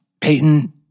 Peyton